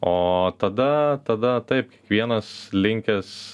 o tada tada taip vienas linkęs